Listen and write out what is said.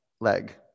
leg